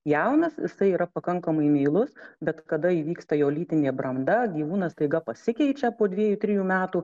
jaunas jisai yra pakankamai meilus bet kada įvyksta jo lytinė branda gyvūnas staiga pasikeičia po dviejų trijų metų